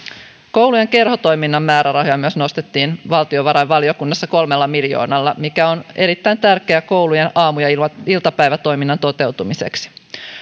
koulujen kerhotoiminnan määrärahoja nostettiin valtiovarainvaliokunnassa kolmella miljoonalla mikä on erittäin tärkeää koulujen aamu ja iltapäivätoiminnan toteutumiseksi